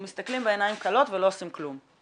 זה מסביר בדיוק שזה גם על המטופל שמההתחלה שהוא מקבל הוא יידע.